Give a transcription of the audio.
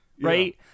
right